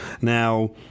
Now